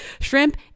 shrimp